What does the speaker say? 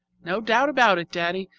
no doubt about it, daddy,